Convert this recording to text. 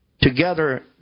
together